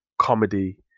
comedy